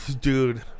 Dude